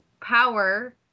power